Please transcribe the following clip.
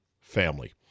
family